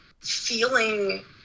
feeling